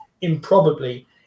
improbably